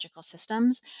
systems